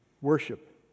worship